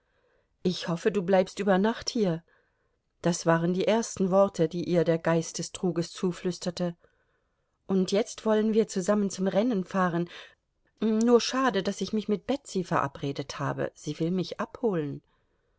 ich hoffe du bleibst über nacht hier das waren die ersten worte die ihr der geist des truges zuflüsterte und jetzt wollen wir zusammen zum rennen fahren nur schade daß ich mich mit betsy verabredet habe sie will mich abholen